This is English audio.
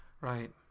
Right